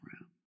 room